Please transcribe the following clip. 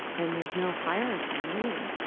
and there's no hierarchy really.